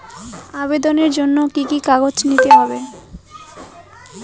আবেদনের জন্য কি কি কাগজ নিতে হবে?